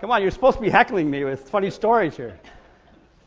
come on you're supposed to be heckling me with funny stories here